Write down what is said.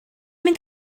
mynd